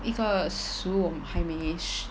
一个食物我还没试